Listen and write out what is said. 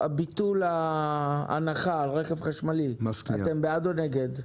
ביטול ההנחה על רכב חשמלי, אתם בעד או נגד?